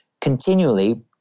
continually